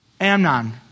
Amnon